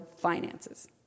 finances